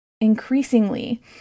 increasingly